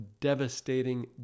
devastating